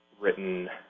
written